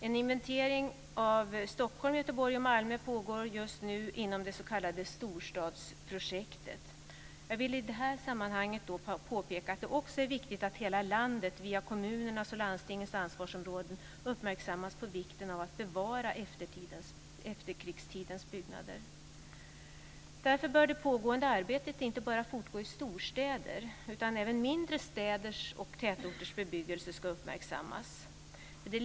En inventering av Stockholm, Göteborg och Malmö pågår just nu inom det s.k. storstadsprojektet. Jag vill i det här sammanhanget påpeka att det också är viktigt att hela landet, via kommunernas och landstingens ansvarsområden, uppmärksammas på vikten av att bevara efterkrigstidens byggnader. Därför bör det pågående arbetet inte bara fortgå i storstäder, utan även mindre städers och tätorters bebyggelse ska uppmärksammas.